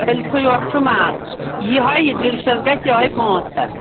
ألفٕے یوت چھُ مال یِہوٚے ڈِلشَس گژھِ یِہوٚے پانٛژھ ہَتھ